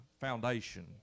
foundation